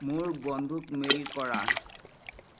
মোৰ বন্ধুক মেইল কৰা